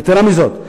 יתירה מזאת,